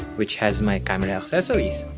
which has my camera accessories